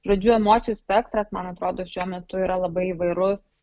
žodžiu emocijų spektras man atrodo šiuo metu yra labai įvairus